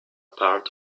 part